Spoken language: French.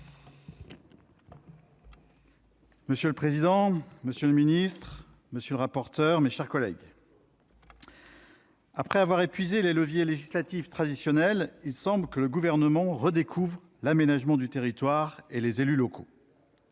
Monsieur le président, monsieur le ministre, mes chers collègues, après avoir épuisé les leviers législatifs traditionnels, il semble que le Gouvernement redécouvre l'aménagement du territoire et les élus locaux.